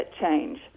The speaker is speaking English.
change